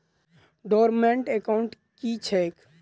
Dormant account की छैक?